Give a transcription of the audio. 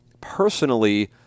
Personally